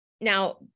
Now